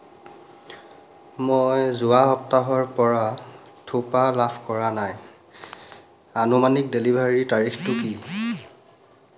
মই যোৱা সপ্তাহৰ পৰা থোপা লাভ কৰা নাই আনুমানিক ডেলিভাৰীৰ তাৰিখটো কি